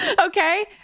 Okay